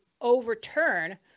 overturn